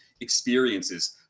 experiences